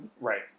Right